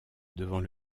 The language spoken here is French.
devant